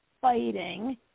fighting